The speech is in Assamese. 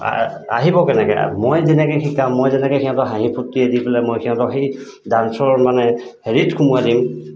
আহিব কেনেকৈ মই যেনেকৈ শিকাম মই যেনেকৈ সিহঁতক হাঁহি ফূৰ্তি দি পেলাই মই সিহঁতক সেই ডান্সৰ মানে হেৰিত সোমোৱাই দিম